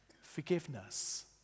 Forgiveness